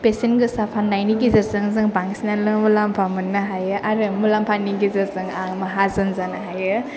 बेसेन गोसा फान्नायनि गेजेरजों जों बांसिनानो मुलाम्फा मोन्नो हायो आरो मुलाम्फानि गेजेरजों आं माहाजोन जानो हायो